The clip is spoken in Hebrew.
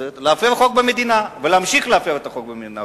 הכנסת כדי להפר חוק במדינה ולהמשיך להפר את החוק במדינה?